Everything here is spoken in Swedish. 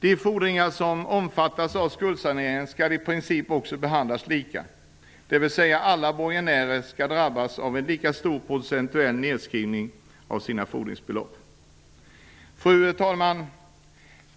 De fordringar som omfattas av skuldsaneringen skall i princip också behandlas lika -- dvs. alla borgenärer skall drabbas av en lika stor procentuell nedskrivning av sina fordringsbelopp. Fru talman!